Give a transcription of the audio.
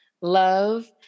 love